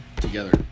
together